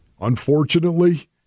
unfortunately